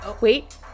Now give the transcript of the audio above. wait